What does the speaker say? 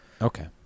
Okay